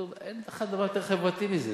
אין לך דבר יותר חברתי מזה.